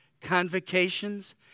convocations